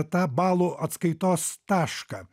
tą balų atskaitos tašką